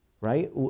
Right